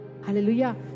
Hallelujah